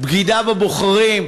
בגידה בבוחרים,